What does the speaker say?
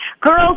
Girls